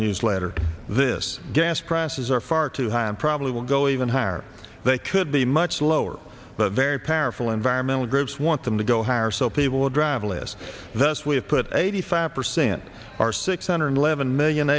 newsletter this gas prices are far too high and probably will go even higher they could be much lower but very powerful environmental groups want them to go higher so people will drive less that's we have put eighty five percent or six hundred eleven million